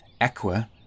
equa